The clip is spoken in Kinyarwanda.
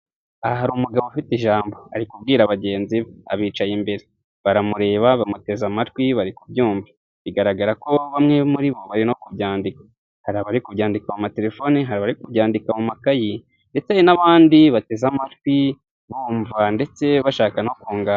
Aha hari umugabo ufite ijambo, ari kubwira bagenzi be, abicaye imbere, baramureba, bamuteze amatwi bari kubyumva, bigaragara ko bamwe muri bo bari no kubyandika, hari abari kubya ndika mu matelefone, hari abari ku byandika mu makayi ndetse hari n'abandi bateze amatwi bumva ndetse bashaka no kunganira.